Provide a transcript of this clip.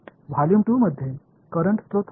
volume 2 मध्ये current स्त्रोत होता